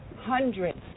hundreds